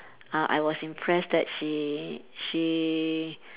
uh I was impressed that she she